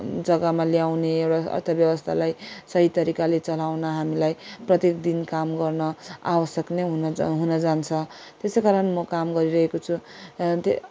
जग्गामा ल्याउने एउटा अर्थव्यवस्थालाई सही तरिकाले चलाउन हामीलाई प्रत्येक दिन काम गर्न आवश्यक नै हुन ज हुनजान्छ त्यसै कारण म काम गरिरहेको छु त्यो